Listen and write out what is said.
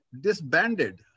disbanded